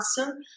answer